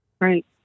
right